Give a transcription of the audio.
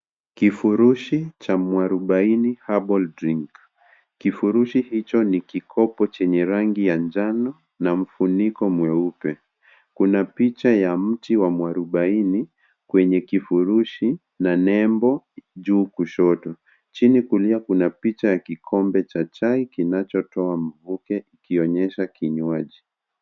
Kifurushi cha muarubaini herbal drink . Kifurushi hicho ni kikopo chenye rangi ya njano na mfuniko mweupe. Kuna picha ya mti wa muarubaini kwenye kifurushi na nembo juu kushoto. Chini kulia kuna picha ya kikombe cha chai kinachotoa mvuke ukionyesha kinywaji.